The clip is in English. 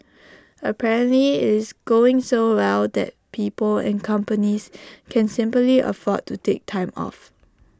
apparently IT is going so well that people and companies can simply afford to take time off